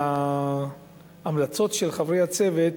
את ההמלצות של חברי הצוות